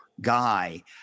guy